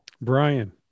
Brian